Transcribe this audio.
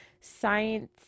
science